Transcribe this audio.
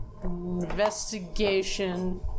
investigation